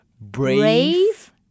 brave